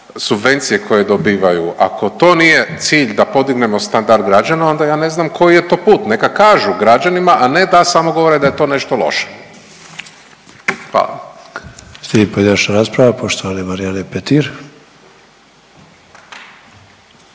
subvencije koje dobivaju, ako to nije cilj da podignemo standard građana onda ja ne znam koji je to put. Neka kažu građanima, a ne da samo govore da je to nešto loše. Hvala. **Sanader, Ante (HDZ)** Slijedi pojedinačna rasprava poštovane Marijane Petir.